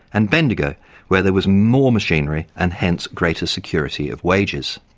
and bendigo where there was more machinery and hence greater security of wages.